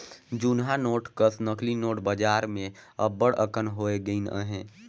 जुनहा नोट कस नकली नोट बजार में अब्बड़ अकन होए गइन अहें